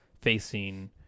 facing